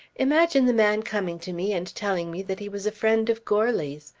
imagine the man coming to me and telling me that he was a friend of goarly's.